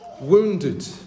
wounded